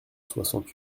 soixante